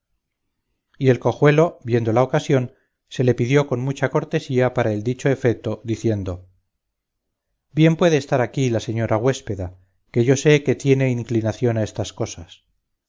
y el cojuelo viendo la ocasión se le pidió con mucha cortesía para el dicho efeto diciendo bien puede estar aquí la señora güéspeda que yo sé que tiene inclinación a estas cosas